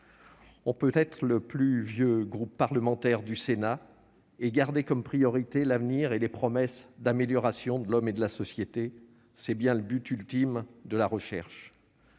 On peut être le plus vieux groupe parlementaire du Sénat et garder comme priorité l'avenir et les promesses d'amélioration de l'homme et de la société. C'est bien le but ultime de la recherche.